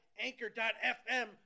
Anchor.fm